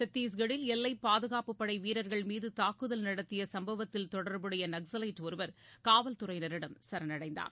சத்தீஸ்கட்டில் எல்லைப்பாதுகாப்பு படை வீரர்கள் மீது தாக்குதல் நடத்திய சம்பத்தில் தொடர்புடைய நக்ஸலைட் ஒருவர் காவல்துறையினரிடம் சரணடைந்தார்